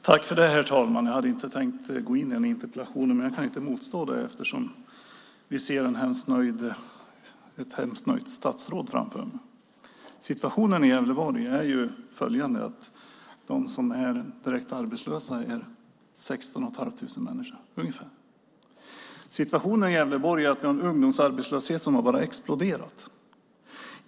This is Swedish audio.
Herr talman! Jag hade inte tänkt att gå in i denna interpellationsdebatt, men jag kan inte motstå den eftersom vi ser ett hemskt nöjt statsråd framför oss. Situationen i Gävleborg är följande. Det finns ungefär 16 500 direkt arbetslösa människor. Situationen i Gävleborg är sådan att ungdomsarbetslösheten har exploderat.